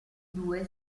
due